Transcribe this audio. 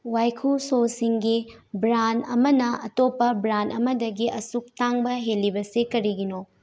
ꯋꯥꯏꯈꯨ ꯁꯣꯁꯤꯡꯒꯤ ꯕ꯭ꯔꯥꯟ ꯑꯃꯅ ꯑꯇꯣꯞꯄ ꯕ꯭ꯔꯥꯟ ꯑꯃꯗꯒꯤ ꯑꯁꯨꯛ ꯇꯥꯡꯕ ꯍꯦꯜꯂꯤꯕꯁꯤ ꯀꯔꯤꯒꯤꯅꯣ